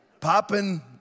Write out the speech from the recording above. popping